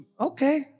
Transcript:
okay